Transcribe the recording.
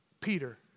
Peter